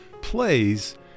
plays